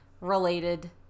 related